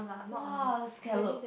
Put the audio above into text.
!wah! scallop